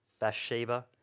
Bathsheba